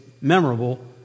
memorable